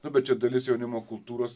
nu bet čia dalis jaunimo kultūros